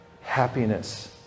happiness